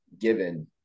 given